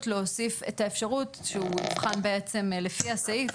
להוסיף את האפשרות שהוא יבחן בעצם לפי הסעיף,